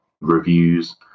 reviews